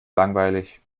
langweilig